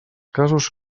casos